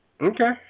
Okay